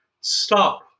Stop